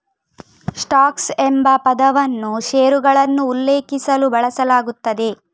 stocks ಎಂಬ ಪದವನ್ನು ಷೇರುಗಳನ್ನು ಉಲ್ಲೇಖಿಸಲು ಬಳಸಲಾಗುತ್ತದೆ